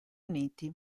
uniti